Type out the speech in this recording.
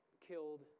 killed